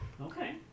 Okay